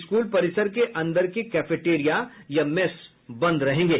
school परिसर के अंदर के कैफेटेरिया या मेस बंद रहेंगे